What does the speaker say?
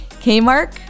K-Mark